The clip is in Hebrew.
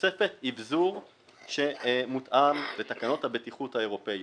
בתוספת אבזור שמותאם לתקנות הבטיחות האירופיות.